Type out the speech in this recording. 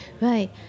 Right